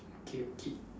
okay okay